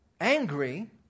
angry